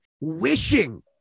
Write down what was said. wishing